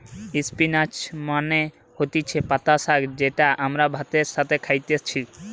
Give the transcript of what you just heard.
spinach মানে হতিছে পাতা শাক যেটা আমরা ভাতের সাথে খাইতেছি